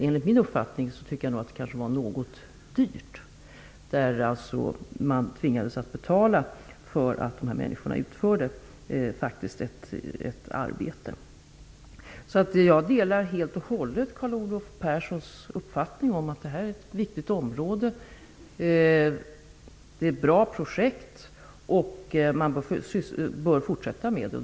Enligt min uppfattning var det något dyrt. Man tvingades faktiskt betala för att människorna utförde ett arbete. Jag delar helt och hållet Carl Olov Perssons uppfattning om att det är ett viktigt område. Det är bra projket. Man bör fortsätta med dem.